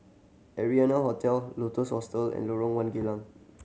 Arianna Hotel Lotus Hostel and Lorong One Geylang